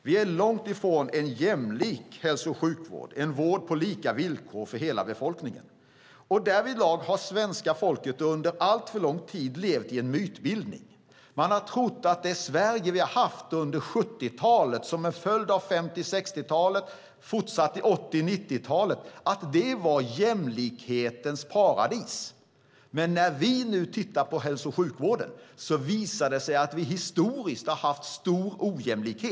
Vi är långt ifrån en jämlik hälso och sjukvård - en vård på lika villkor för hela befolkningen. Därvidlag har svenska folket under alltför lång tid levt i en mytbildning. Man har trott att det Sverige vi har haft under 70-talet som en följd av 50 och 60-talen och fortsatt under 80 och 90-talen var jämlikhetens paradis. Men när vi nu tittar på hälso och sjukvården visar det sig att vi historiskt har haft stor ojämlikhet.